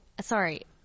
Sorry